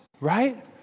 right